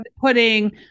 putting